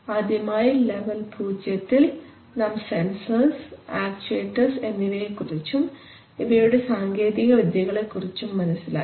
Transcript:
ആദ്യമായി ലെവൽ 0 ഇൽ നാം സെൻസർസ് ആക്ച്ചുവേറ്റർസ് എന്നിവയെക്കുറിച്ചും ഇവയുടെ സാങ്കേതികവിദ്യകളെ കുറിച്ചും മനസ്സിലാക്കി